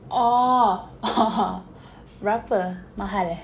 orh berape mahal eh